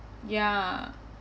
ya